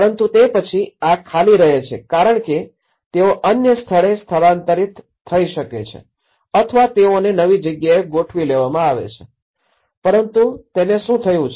પરંતુ તે પછી આ ખાલી રહે છે કારણ કે તેઓ અન્ય સ્થળે સ્થાનાંતરિત થઈ જાય છે અથવા તેઓને નવી જગ્યાએ ગોઠવી લેવામાં આવે છે પરંતુ તેને શું થયું છે